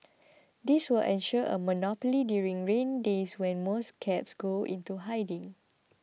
this will ensure a monopoly during rainy days when most cabs go into hiding